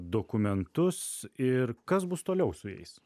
dokumentus ir kas bus toliau su jais